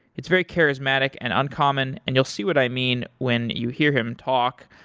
it's very charismatic and uncommon and you'll see what i mean when you hear him talk.